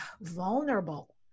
vulnerable